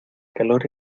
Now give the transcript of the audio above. calor